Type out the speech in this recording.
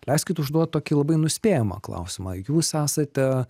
leiskit užduot tokį labai nuspėjamą klausimą jūs esate